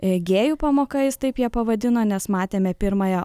gėjų pamoka jis taip ją pavadino nes matėme pirmąją